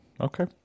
Okay